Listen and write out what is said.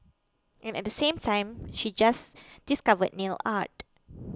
and at the same time she just discovered nail art